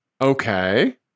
Okay